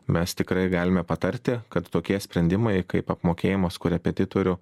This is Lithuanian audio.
mes tikrai galime patarti kad tokie sprendimai kaip apmokėjimas korepetitorių